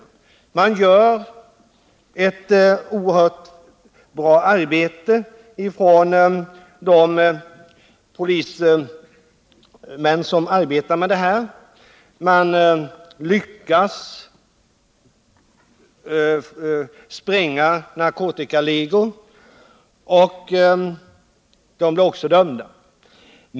De polismän som arbetar med det här gör ett oerhört bra arbete — man lyckas spränga narkotikaligor, och medlemmarna blir också dömda.